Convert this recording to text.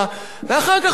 ואחר כך באים,